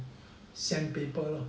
sandpaper lor